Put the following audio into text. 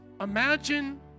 Imagine